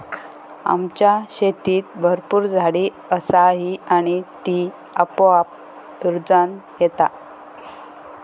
आमच्या शेतीत भरपूर झाडी असा ही आणि ती आपोआप रुजान येता